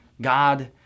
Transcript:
God